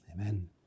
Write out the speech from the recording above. Amen